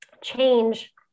change